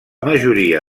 majoria